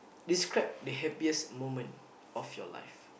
describe the happiest moment of your life